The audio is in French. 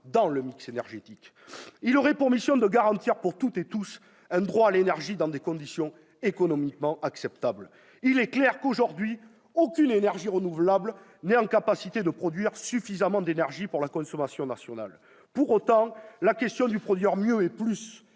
dans le mix énergétique. Ce pôle aurait pour mission de garantir pour toutes et tous un droit à l'énergie dans des conditions économiquement acceptables. Il est clair qu'aujourd'hui aucune énergie renouvelable n'est en capacité de répondre aux besoins de la consommation nationale. Pour autant, la question du produire mieux et plus